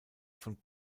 von